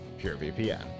PureVPN